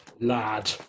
Lad